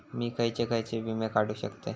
मी खयचे खयचे विमे काढू शकतय?